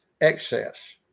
excess